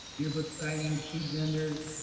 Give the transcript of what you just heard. year book signing, food vendors.